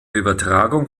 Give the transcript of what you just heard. übertragung